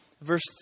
verse